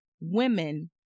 women